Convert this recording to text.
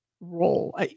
role